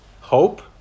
Hope